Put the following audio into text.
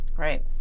Right